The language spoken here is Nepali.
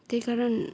त्यही कारण